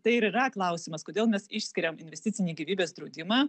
tai ir yra klausimas kodėl mes išskiriam investicinį gyvybės draudimą